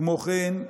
כמו כן,